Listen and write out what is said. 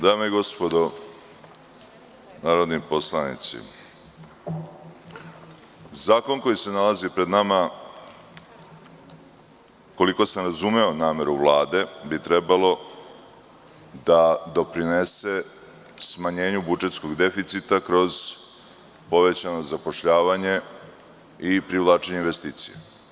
Dame i gospodo narodni poslanici, zakon koji se nalazi pred nama, koliko sam razumeo nameru Vlade, bi trebalo da doprinese smanjenju budžetskog deficita kroz povećano zapošljavanje i privlačenje investicija.